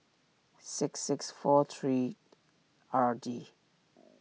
six six four three R D